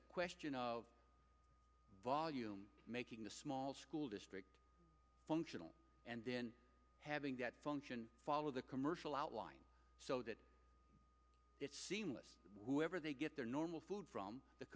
a question of volume making the small school district functional and then having that function follow the commercial outline so that whoever they get their normal food from the